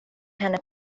henne